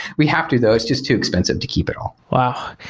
we have to though. it's just too expensive to keep it all. wow!